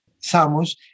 Samos